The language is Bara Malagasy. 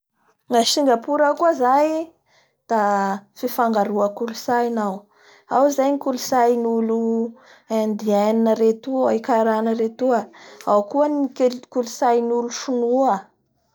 Ny akamaroan'ny olo agny zany da musulaman aby fe misy avao koa zany ny olo ckristianina da misy avao koa ny tao- taoisme da misy avao koa ny animisme